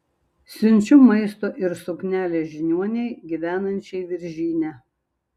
siunčiu maisto ir suknelę žiniuonei gyvenančiai viržyne